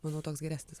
manau toks geresnis